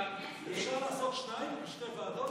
אפשר לעשות שניים, בשתי ועדות?